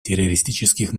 террористических